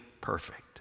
perfect